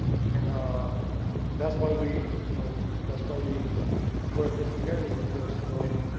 and um that's why we you know, that's why we working together because, you know,